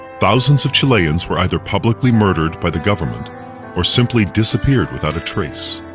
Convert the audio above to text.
thousands of chileans were either publicly murdered by the government or simply disappeared without a trace.